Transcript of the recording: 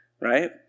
right